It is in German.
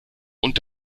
und